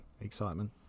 excitement